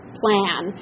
plan